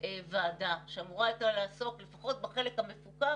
באשר לפיקוח על המשפחתונים.